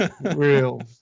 Real